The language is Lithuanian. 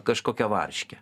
kažkokia varške